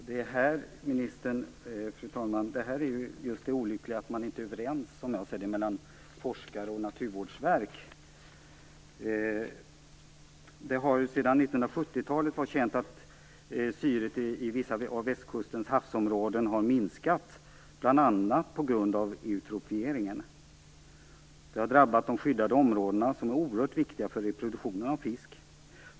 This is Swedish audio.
Fru talman! Det olyckliga är, som jag ser det, att forskare och Naturvårdsverket inte är överens. Det har ju sedan 1970-talet varit känt att syret i vissa av västkustens havsområden har minskat, bl.a. på grund av eutrofieringen. Detta har drabbat de skyddade områdena, som är oerhört viktiga för reproduktionen av fisk.